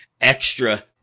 extra